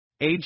age